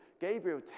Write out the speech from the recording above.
Gabriel